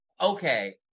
Okay